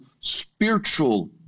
spiritual